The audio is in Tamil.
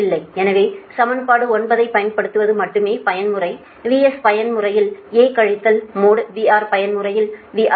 எனவே சமன்பாடு 9 ஐப் பயன்படுத்துவது மட்டுமே பயன்முறை VS பயன்முறையில் A கழித்தல் மோட் VR பயன்முறையில் VR